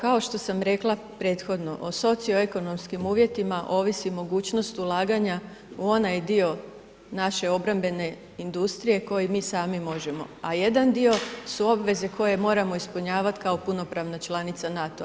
Kao što sam rekla prethodno o socioekonomskim uvjetima ovisi mogućnost ulaganja u onaj dio naše obrambene industrije koji mi sami možemo, a jedan dio su obveze koje moramo ispunjavati kao punopravna članica NATO-a.